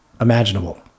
imaginable